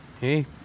Hey